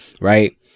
Right